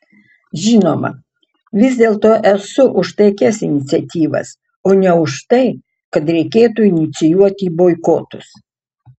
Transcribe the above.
žinoma vis dėlto esu už taikias iniciatyvas o ne už tai kad reikėtų inicijuoti boikotus